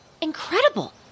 Incredible